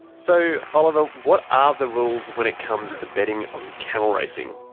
so oliver, what are the rules when it comes to betting on camel racing?